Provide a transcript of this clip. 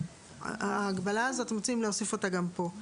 אנחנו מציעים להוסיף את ההגבלה הזאת גם פה.